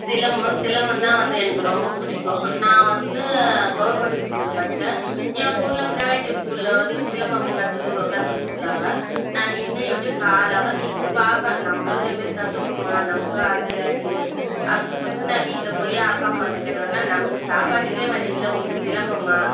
சிலம்பம் சிலம்பம்தான் வந்து எனக்கு ரொம்ப பிடிக்கும் நான் வந்து கவுர்மெண்ட்டு ஸ்கூலில் படித்தேன் எங்கள் ஊரில் ப்ரைவேட் ஸ்கூலில் வந்து சிலம்பம் கற்று கு கற்றுக் கொடுத்தாங்க நான் நின்று எப்படியோ கால் அவர் நின்று பார்ப்பேன் நம்மளும் இதேமாரி கற்றுப்போமா நமக்கும் ஆசையாக இருக்குது அப்படி சொல்லிட்டு நான் வீட்டில் போய் அப்பா அம்மாகிட்ட கேட்டோடனே நமக்கு சாப்பாட்டுக்கே வழி இல்லை உனக்கு சிலம்பமா